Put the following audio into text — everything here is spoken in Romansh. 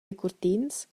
decurtins